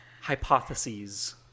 hypotheses